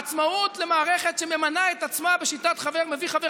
עצמאות למערכת שממנה את עצמה בשיטת חבר מביא חבר?